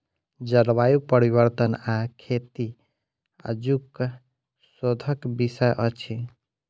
जलवायु परिवर्तन आ खेती आजुक शोधक विषय अछि